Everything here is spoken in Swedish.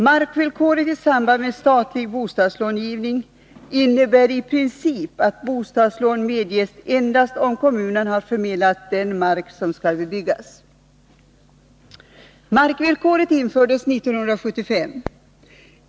Markvillkoret i samband med statlig bostadslångivning innebär i princip att bostadslån medges endast om kommunen har förmedlat den mark som skall bebyggas. Markvillkoret infördes 1975.